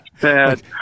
bad